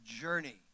journey